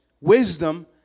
wisdom